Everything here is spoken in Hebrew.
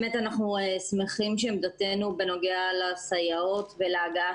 אנחנו באמת שמחים שעמדתנו בנוגע לסייעות ולהגעה